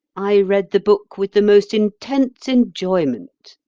i read the book with the most intense enjoyment.